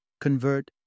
convert